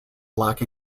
black